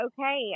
okay